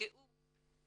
נפגעו